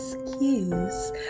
excuse